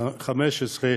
15),